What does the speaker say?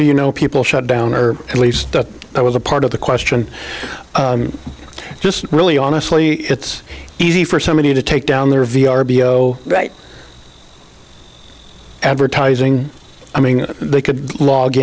do you know people shut down or at least that was a part of the question just really honestly it's easy for somebody to take down their v r b oh right advertising i mean they could log